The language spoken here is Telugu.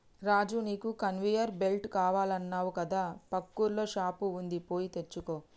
రాజు నీకు కన్వేయర్ బెల్ట్ కావాలన్నావు కదా పక్కూర్ల షాప్ వుంది పోయి తెచ్చుకో